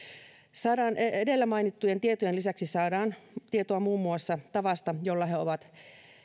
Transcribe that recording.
edellä mainittujen tietojen lisäksi saadaan tietoa muun muassa tavasta jolla he ovat